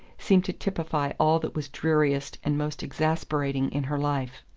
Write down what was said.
seemed to typify all that was dreariest and most exasperating in her life.